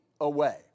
away